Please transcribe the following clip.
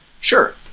Sure